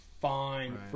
fine